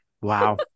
Wow